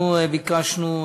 אנחנו ביקשנו,